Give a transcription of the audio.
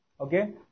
Okay